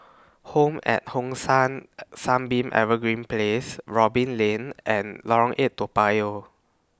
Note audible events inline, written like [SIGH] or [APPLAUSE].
Home At Hong San [HESITATION] Sunbeam Evergreen Place Robin Lane and Lorong eight Toa Payoh